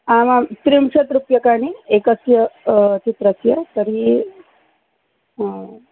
आमां त्रिंशत् रूप्यकाणि एकस्य चित्रस्य तर्हि हा